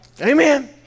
Amen